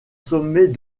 sommet